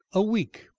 a week,